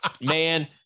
man